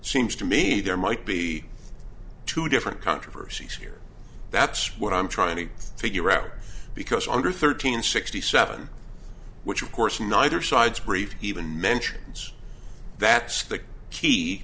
seems to me there might be two different controversy that's what i'm trying to figure out because under thirteen sixty seven which of course neither sides brief even mentions that's the key